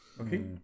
okay